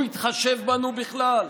הוא התחשב בנו בכלל?